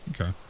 Okay